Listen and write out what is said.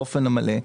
באופן המלא,